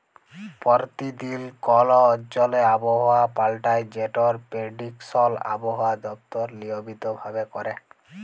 পরতিদিল কল অঞ্চলে আবহাওয়া পাল্টায় যেটর পেরডিকশল আবহাওয়া দপ্তর লিয়মিত ভাবে ক্যরে